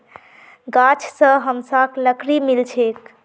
गाछ स हमसाक लकड़ी मिल छेक